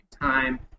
time